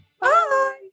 Bye